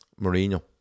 Mourinho